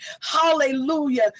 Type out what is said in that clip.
hallelujah